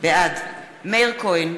בעד מאיר כהן,